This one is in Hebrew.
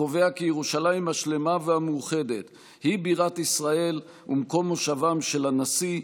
הקובע כי ירושלים השלמה והמאוחדת היא בירת ישראל ומקום מושבם של הנשיא,